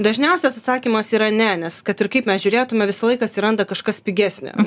dažniausias atsakymas yra ne nes kad ir kaip mes žiūrėtume visą laiką atsiranda kažkas pigesnio